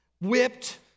whipped